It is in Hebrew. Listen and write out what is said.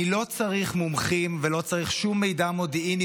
אני לא צריך מומחים ולא צריך שום מידע מודיעיני